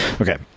Okay